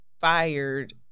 fired